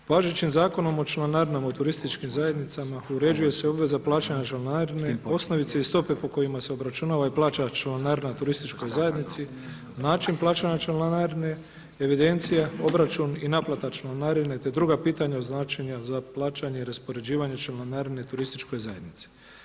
Važećim zakonom o članarinama u turističkim zajednicama uređuje se obveza plaćanja članarine, osnovice i stope po kojima se obračunava i plaća članarina turističkoj zajednici, način plaćanja članarine, evidencija, obračun i naplate članarine te druga pitanja za plaćanje i raspoređivanje članarine turističkoj zajednici.